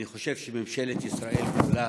אני חושב שממשלת ישראל כולה